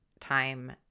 time